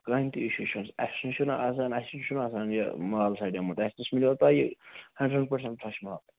کٕہۭنۍ تہِ اِشوٗ چھُنہٕ اَسہِ نِش چھُنہٕ آسان اَسہِ نِش چھُنہٕ آسان یہِ مال سَڈیومُت اَسہِ نِش مِلیو تۄہہِ ہنٛڈرنٛڈ پٔرسنٛٹ فرٛٮ۪ش مال